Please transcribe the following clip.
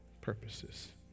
purposes